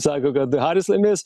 sako kad haris laimės